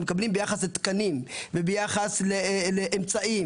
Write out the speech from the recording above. הם מקבלים ביחס לתקנים וביחס לאמצעים